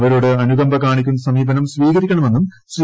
അവരോട് അനുകമ്പ കാണിക്കുന്ന സമീപനം സ്വീകരിക്കണമെന്നും ശ്രീ